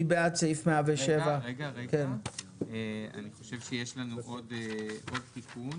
אני חושב שיש לנו עוד תיקון